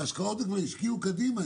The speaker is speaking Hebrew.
השקעות הם כבר השקיעו קדימה,